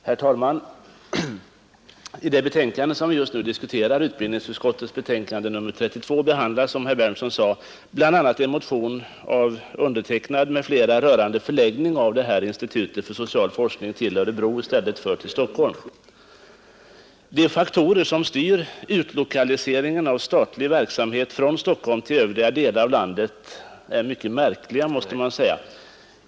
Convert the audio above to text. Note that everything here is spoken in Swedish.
Herr talman! Det betänkande som vi just nu diskuterar, utbildningsutskottets betänkande nr 32, behandlar som herr Berndtson sade bl.a. en motion som undertecknats bl.a. av mig och som gäller förläggning av institutet för social forskning till Örebro i stället för till Stockholm. De faktorer som styr utlokaliseringen av statlig verksamhet från Stockholm till övriga delar av landet är mycket märkliga, måste man säga.